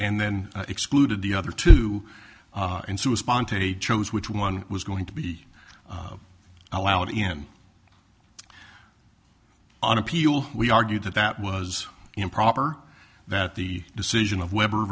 and then excluded the other two into a spontaneous chose which one was going to be allowed in on appeal we argued that that was improper that the decision of webber